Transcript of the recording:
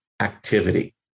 activity